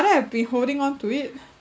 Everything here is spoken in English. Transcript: had been holding onto it